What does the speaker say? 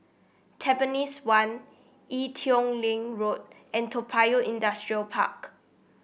Tampines one Ee Teow Leng Road and Toa Payoh Industrial Park